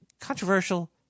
controversial